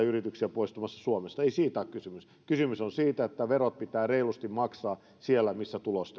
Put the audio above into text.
yrityksiä poistumasta suomesta ei siitä ole kysymys kysymys on siitä että verot pitää reilusti maksaa siellä missä tulos